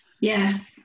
Yes